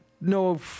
no